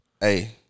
Hey